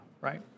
right